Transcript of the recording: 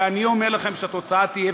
ואני אומר לכם שהתוצאה תהיה,